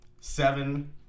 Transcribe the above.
seven